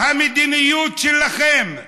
המדיניות שלכם,